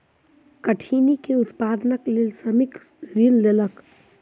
कठिनी के उत्पादनक लेल श्रमिक ऋण लेलक